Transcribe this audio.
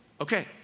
Okay